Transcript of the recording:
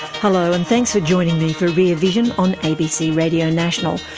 hello, and thanks for joining me for rear vision on abc radio national.